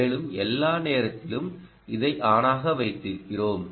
மேலும் எல்லா நேரத்திலும் அதை ஆனாக வைத்திருக்கிறோம்